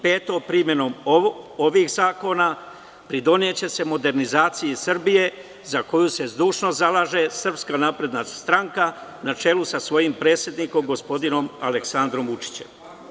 Peto, primenom ovih zakona pridoneće se modernizaciji Srbije za koju se zdušno zalaže SNS na čelu sa svojim predsednikom, gospodinom Aleksandrom Vučićem.